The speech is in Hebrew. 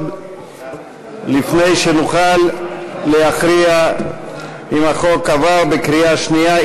לפני שנוכל להכריע אם החוק עבר בקריאה שנייה,